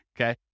okay